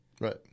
right